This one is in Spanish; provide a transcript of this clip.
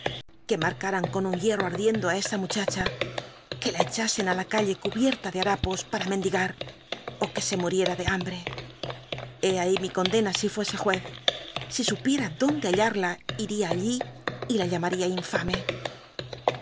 que marcaan con un hiei'i'o adienclo i esa muchacha que la echasen i la c tlle cubiert t de harapos para mendiga ó que se muriera de bambre hé ahí mi condena si fuese juez si supiera dónde hallarla il'ia ahí y la llamada infame